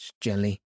Jelly